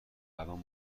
الان